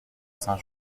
saint